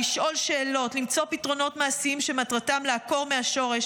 לשאול שאלות ולמצוא פתרונות מעשיים שמטרתם לעקור מהשורש